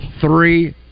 Three